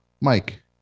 Mike